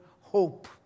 hope